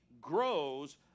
grows